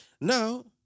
Now